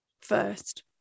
first